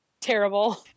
Terrible